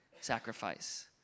sacrifice